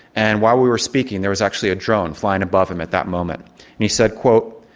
and while we were speaking there was actually a drone flying above him at that moment. and he said, quote,